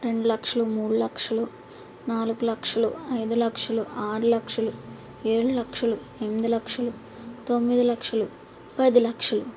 రెండు లక్షలు మూడు లక్షలు నాలుగు లక్షలు ఐదు లక్షలు ఆరు లక్షలు ఏడు లక్షలు ఎంది లక్షలు తొమ్మిది లక్షలు పది లక్షలు